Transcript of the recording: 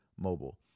Mobile